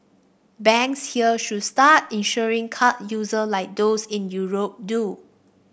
banks here should start insuring card users like those in Europe do